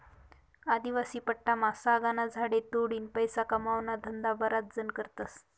आदिवासी पट्टामा सागना झाडे तोडीन पैसा कमावाना धंदा बराच जण करतस